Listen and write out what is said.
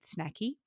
snacky